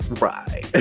Right